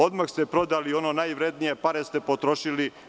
Odmah ste prodali ono najvrednije, a pare ste potrošili.